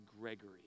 Gregory